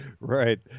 Right